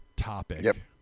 Topic